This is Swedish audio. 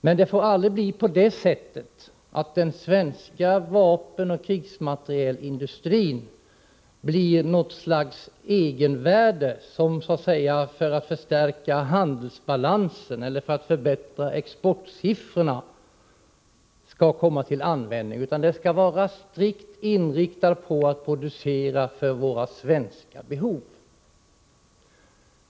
Men det får aldrig bli på det sättet, att den svenska vapenoch krigsmaterielindustrin ges något slags egenvärde — att den skall gynna handelsbalansen 79 eller förbättra exportsiffrorna — utan denna industri skall vara strikt inriktad på att producera för våra svenska behov.